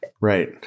Right